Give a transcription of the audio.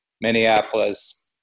Minneapolis